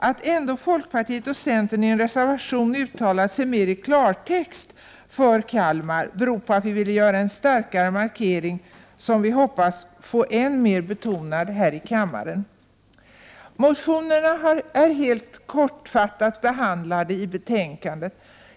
Att ändå folkpartiet och centern i en reservation uttalat sig mer i klartext för Kalmar beror på att vi ville göra en starkare markering, som vi hoppas få än mer betonad här i kammaren. Motionerna är helt kortfattat behandlade i betänkandet.